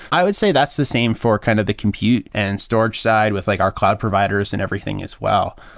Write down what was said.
i would say that's the same for kind of the compute and storage side with like our cloud providers and everything as well.